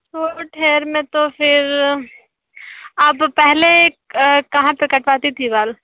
white hair में तो फिर आप पहले कहाँ से कटवाती थीं बाल